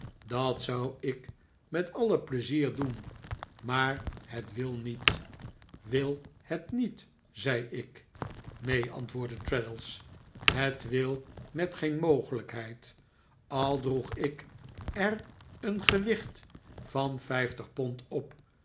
dat zou ik met alle pleizier doen maar het wil niet wil het niet zei ik neen antwoordde traddles het wil met geen mogelijkheid al droeg ik er een gewicht van vijftig pond op